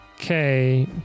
Okay